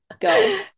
go